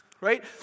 Right